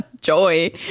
joy